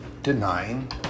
Denying